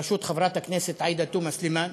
בראשות חברת הכנסת עאידה תומא סלימאן,